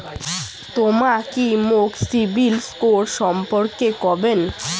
তমা কি মোক সিবিল স্কোর সম্পর্কে কবেন?